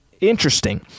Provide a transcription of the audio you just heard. interesting